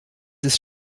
ist